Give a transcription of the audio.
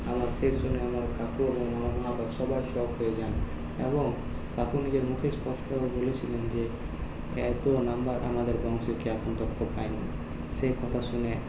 আমার সে শুনে আমার কাকু আমার মা বাবা আমার সবাই শক হয়ে যান এবং কাকু নিজের মুখে স্পষ্টভাবে বলেছিলেন যে এত নম্বর আমাদের বংশে কেউ এখনও পায়নি সেই কথা শুনে